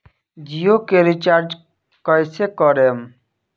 जियो के रीचार्ज कैसे करेम?